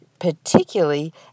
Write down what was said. particularly